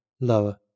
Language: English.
lower